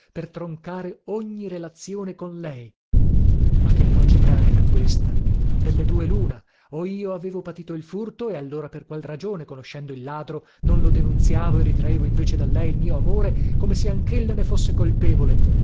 per troncare ogni relazione con lei ma che logica era questa delle due luna o io avevo patito il furto e allora per qual ragione conoscendo il ladro non lo denunziavo e ritraevo invece da lei il mio amore come se anchella ne fosse colpevole